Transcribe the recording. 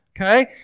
Okay